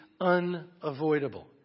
unavoidable